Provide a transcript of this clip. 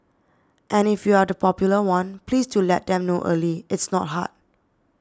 and if you're the popular one please do let them know early it's not hard